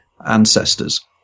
ancestors